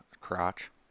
crotch